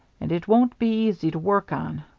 and it won't be easy to work on,